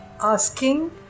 asking